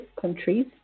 countries